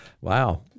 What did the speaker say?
Wow